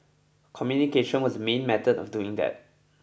communication was the main method of doing that